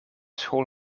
school